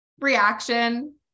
reaction